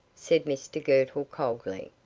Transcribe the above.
said mr girtle, coldly.